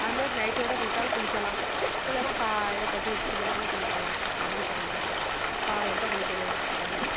அது மாரி நைட்டியோடு குளிச்சாலும் குளிக்கலாம் இல்லைன்னா பா இது கட்டிகிட்டு குளிக்கனாலும் குளிக்கலாம் அப்படின்னு சொல்லலாம் பாவடை கட்டிகிட்டு தான் குளிக்கணும் அப்படின்னு